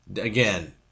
Again